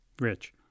Rich